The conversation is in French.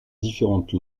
différentes